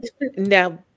Now